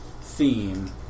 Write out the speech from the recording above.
theme